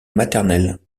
maternelle